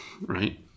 Right